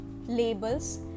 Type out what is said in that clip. labels